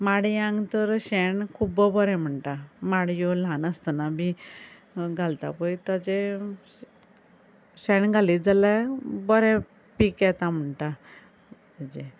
माडयांक तर शेण खुब्ब बरें म्हणटा माडयो ल्हान आसतना बी घालता पय ताजे शेण घालीत जाल्ल्या बरें पीक येता म्हणटा हेजें